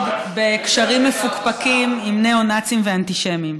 בקשרים מפוקפקים עם ניאו-נאצים ואנטישמים.